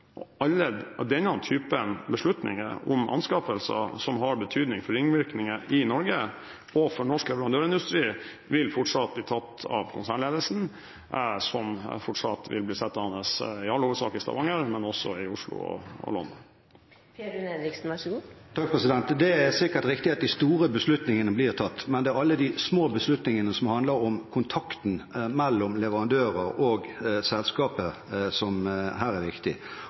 Denne typen beslutninger om anskaffelser, som har betydning for ringvirkninger i Norge og for norsk leverandørindustri, vil fortsatt bli tatt av konsernledelsen, som fortsatt i all hovedsak vil bli sittende i Stavanger, men også i Oslo og London. Det er sikkert riktig at de store beslutningene blir tatt, men det er alle de små beslutningene, som handler om kontakten mellom leverandører og selskapet, som her er viktig.